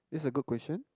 it's a good question